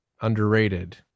underrated